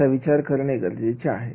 याचा विचार करणे गरजेचे आहे